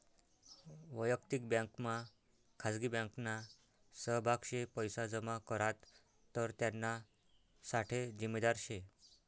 वयक्तिक बँकमा खाजगी बँकना सहभाग शे पैसा जमा करात तर त्याना साठे जिम्मेदार शे